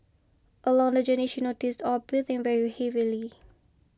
along the journey she noticed Aw breathing very heavily